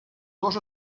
dos